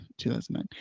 2009